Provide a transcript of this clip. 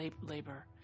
labor